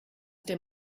der